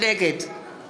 נגד